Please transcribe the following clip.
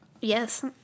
Yes